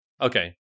Okay